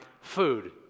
food